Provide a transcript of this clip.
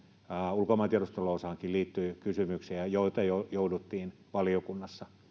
ulkomaantiedusteluosaankin liittyy kysymyksiä joita joita jouduttiin valiokunnassa